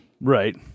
Right